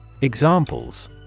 Examples